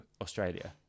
Australia